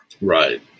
Right